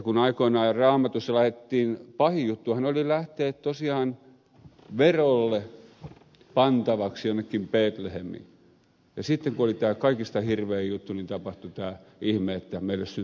kun aikoinaan raamatussa pahin juttuhan oli lähteä tosiaan verolle pantavaksi jonnekin betlehemiin ja sitten kun oli tämä kaikista hirvein juttu tapahtui tämä ihme että meille syntyi vapahtaja